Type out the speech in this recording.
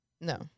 no